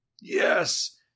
yes